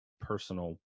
personal